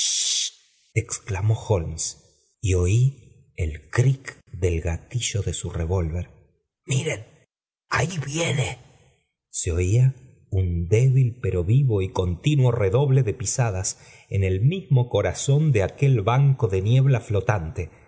ilolmes y oí el cric del gatillo de su revólver miren nld viene se oía un débil pero vivo continuo redoble de pisadas en el mismo eora óii d aquel banco de niebla flotante